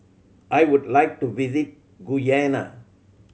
I would like to visit Guyana